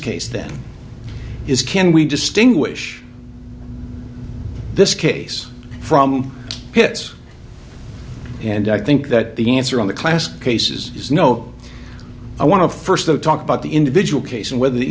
case then is can we distinguish this case from hits and i think that the answer on the class cases is no i want to first though talk about the individual case and whether the